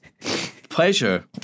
pleasure